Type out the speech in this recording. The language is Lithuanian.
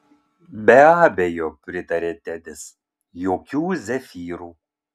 be abejo pritarė tedis jokių zefyrų